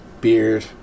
beard